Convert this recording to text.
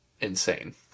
insane